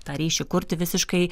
tą ryšį kurti visiškai